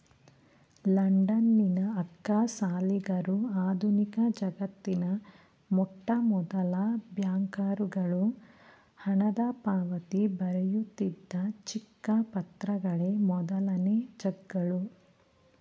ಲಂಡನ್ನಿನ ಅಕ್ಕಸಾಲಿಗರು ಆಧುನಿಕಜಗತ್ತಿನ ಮೊಟ್ಟಮೊದಲ ಬ್ಯಾಂಕರುಗಳು ಹಣದಪಾವತಿ ಬರೆಯುತ್ತಿದ್ದ ಚಿಕ್ಕ ಪತ್ರಗಳೇ ಮೊದಲನೇ ಚೆಕ್ಗಳು